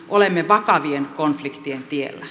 olemme vakavien konfliktien tiellä